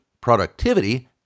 Productivity